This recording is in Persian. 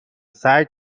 سعی